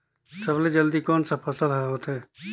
सबले जल्दी कोन सा फसल ह होथे?